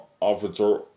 Officer